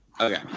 Okay